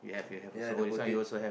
ya the pota~